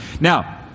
Now